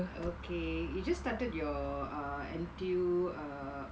okay you just started your uh N_T_U uh